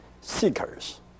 seekers